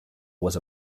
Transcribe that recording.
was